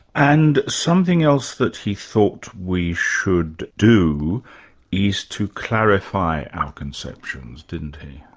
and something else that he thought we should do is to clarify our conceptions, didn't he?